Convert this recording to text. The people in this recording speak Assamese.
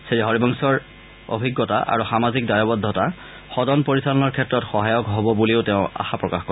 শ্ৰীহৰিবংশৰ অভিজ্ঞতা আৰু সামাজিক দায়বদ্ধতা সদন পৰিচালনাৰ ক্ষেত্ৰত সহায়ক হ'ব বুলিও আশা কৰে